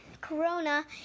corona